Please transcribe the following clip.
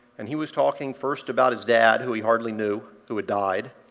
and he was talking first about his dad, who he hardly knew, who had died,